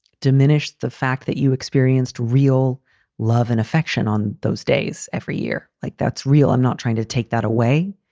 diminish the fact that you experienced real love and affection on those days every year. like, that's real. i'm not trying to take that away.